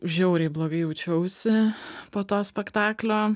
žiauriai blogai jaučiausi po to spektaklio